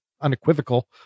unequivocal